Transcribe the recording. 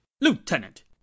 Lieutenant